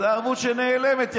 זו ערבות שיכול להיות שהיא נעלמת.